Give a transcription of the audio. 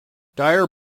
dyer